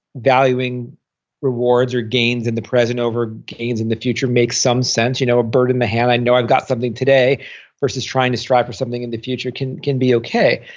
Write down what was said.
valuing rewards or gains in the present over gains in the future makes some sense. you know a bird in the hand, i know i've got something today versus versus trying to strive for something in the future can can be okay.